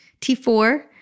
T4